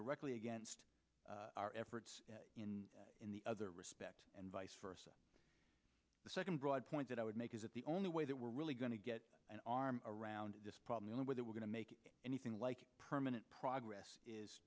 directly against our efforts in the other respects and vice versa the second broad point that i would make is that the only way that we're really going to get an arm around this problem of whether we're going to make anything like permanent progress is